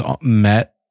met